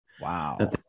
wow